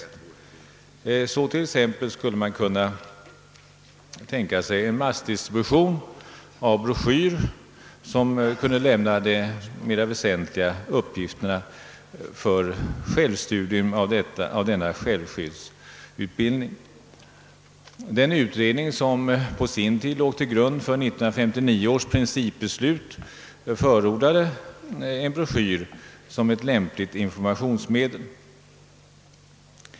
Man kan t.ex. tänka sig en massdistribution av en broschyr som kunde innehålla de mera väsentliga uppgifterna för självstudium i självskydd. Den utredning som på sin tid låg till grund för 1959 års principbeslut förordade en broschyr som ett lämpligt informationsmedel.